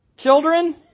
Children